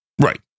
Right